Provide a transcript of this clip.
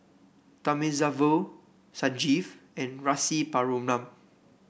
Thamizhavel Sanjeev and Rasipuram